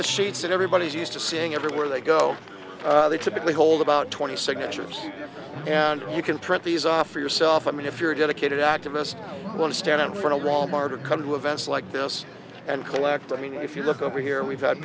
the sheets that everybody's used to seeing everywhere they go they typically hold about twenty signatures and you can print these off for yourself i mean if you're a dedicated activist want to stand in front of wal mart or come to events like this and collect i mean if you look over here we've had